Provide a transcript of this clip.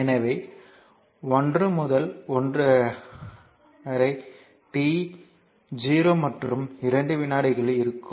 எனவே 1 முதல் 1 வரை t 0 மற்றும் 2 வினாடிகளில் இருக்கும்